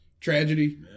tragedy